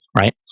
right